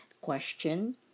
question